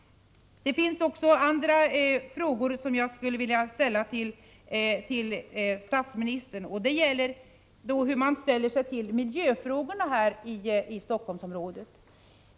Det finns också andra frågor som jag skulle vilja ställa till statsministern. Hur ser man på miljöfrågorna här i Helsingforssområdet?